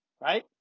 right